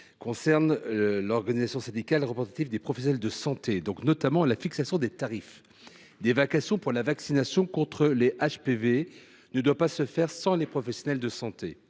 des organisations syndicales représentatives des professionnels de santé. La fixation des tarifs des vacations pour la vaccination contre les HPV ne doit pas se faire sans les professionnels de santé.